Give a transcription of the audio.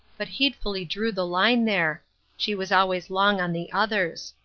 but heedfully drew the line there she was always long on the others.